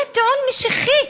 זה טיעון משיחי.